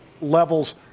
levels